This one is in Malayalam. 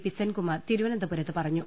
പി സെൻകുമാർ തിരുവനന്തപുരത്ത് പറ ഞ്ഞു